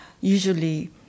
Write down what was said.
usually